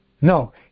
No